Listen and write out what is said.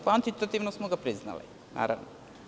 Kvantitativno smo ga priznali, naravno.